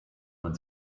man